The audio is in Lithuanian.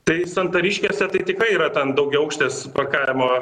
tai santariškėse tai tikrai yra ten daugiaaukštės parkavimo